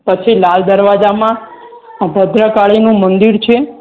પછી લાલ દરવાજામાં ભદ્રકાળીનું મંદિર છે